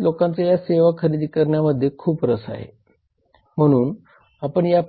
कंपनीची कोणतीही सेवा खरेदी करताना किंवा वापरताना 6 अधिकार आहेत